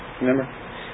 Remember